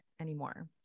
anymore